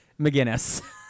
McGinnis